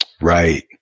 Right